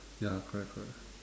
ya correct correct